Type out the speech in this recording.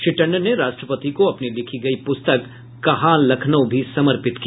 श्री टंडन ने राष्ट्रपति को अपनी लिखी गई प्रस्तक कहा लखनऊ भी समर्पित किया